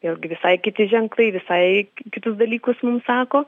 vėlgi visai kiti ženklai visai kitus dalykus mum sako